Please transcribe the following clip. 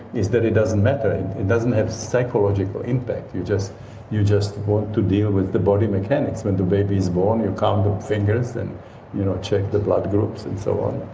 is that it doesn't matter. it it doesn't have psychological impact. you just you just want to deal with the body mechanics. when the baby's born you count the fingers, and you know check the blood groups, groups, and so on.